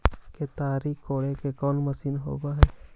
केताड़ी कोड़े के कोन मशीन होब हइ?